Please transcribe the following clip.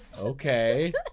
Okay